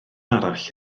arall